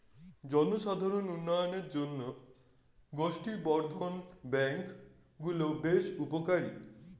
জনসাধারণের উন্নয়নের জন্য গোষ্ঠী বর্ধন ব্যাঙ্ক গুলো বেশ উপকারী